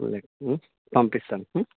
right పంపిస్తాను